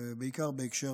בעיקר בהקשר